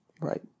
Right